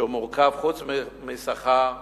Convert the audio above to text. שמורכב חוץ משכר,